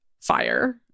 fire